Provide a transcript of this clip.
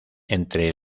entre